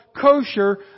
kosher